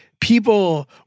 people